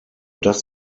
das